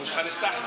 העיר עכו,